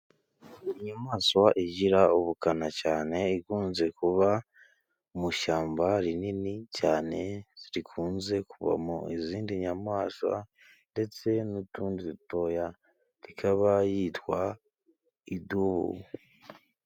Inyamaswa igira ubukana cyane, ikunze kuba mu ishyamba rinini cyane, rikunze kubamo izindi nyamaswa, ndetse n'utundi dutoya, ikaba yitwa idubu.